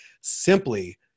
Simply